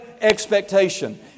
expectation